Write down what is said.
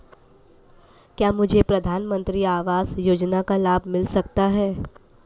क्या मुझे प्रधानमंत्री आवास योजना का लाभ मिल सकता है?